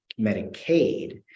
Medicaid